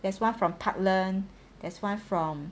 there's one from portland there's one from